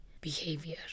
behavior